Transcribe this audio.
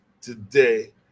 today